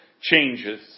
changes